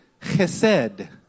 chesed